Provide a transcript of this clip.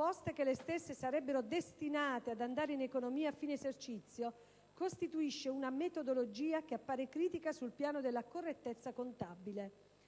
poste che le stesse sarebbero destinate ad andare in economia a fine esercizio, costituisce una metodologia che appare critica sul piano della correttezza contabile;